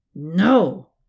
no